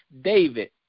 David